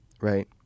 right